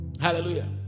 hallelujah